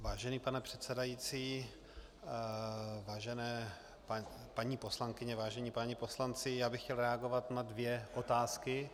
Vážený pane předsedající, vážené paní poslankyně, vážení páni poslanci, já bych chtěl reagovat na dvě otázky.